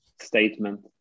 statement